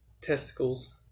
testicles